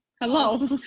hello